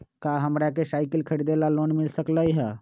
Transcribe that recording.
का हमरा के साईकिल खरीदे ला लोन मिल सकलई ह?